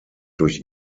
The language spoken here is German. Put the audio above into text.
durch